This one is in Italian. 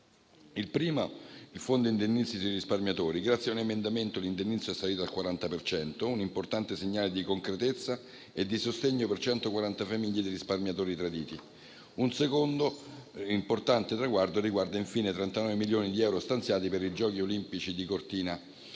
concerne il fondo indennizzo dei risparmiatori. Grazie a un emendamento l'indennizzo è salito al 40 per cento, un importante segnale di concretezza e di sostegno per 140 famiglie di risparmiatori traditi. Un secondo importante traguardo riguarda, infine, 39 milioni di euro stanziati per i giochi olimpici di Cortina